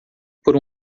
por